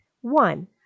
One